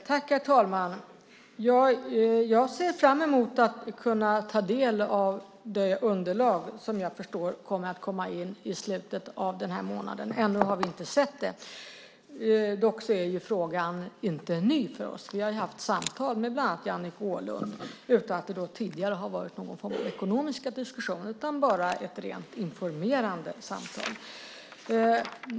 Herr talman! Jag ser fram emot att kunna ta del av det underlag som jag förstår kommer att komma in i slutet av den här månaden. Vi har ännu inte sett det. Dock är frågan inte ny för oss. Vi har haft samtal med bland annat Jannike Åhlund utan att det har varit någon form av ekonomiska diskussioner utan bara ett rent informerande samtal.